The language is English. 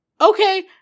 Okay